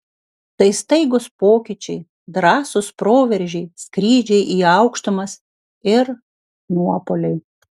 tai staigūs pokyčiai drąsūs proveržiai skrydžiai į aukštumas ir nuopuoliai